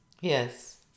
Yes